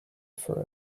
for